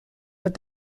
but